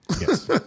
Yes